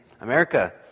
America